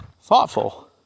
thoughtful